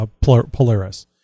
Polaris